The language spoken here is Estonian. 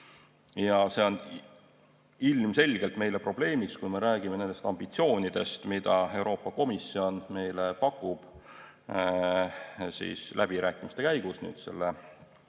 See on ilmselgelt meile probleemiks, kui me räägime nendest ambitsioonidest, mida Euroopa Komisjon meile pakub läbirääkimiste käigus, selle